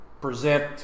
present